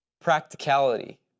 practicality